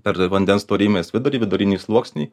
per vandens storymės vidurį vidurinį sluoksnį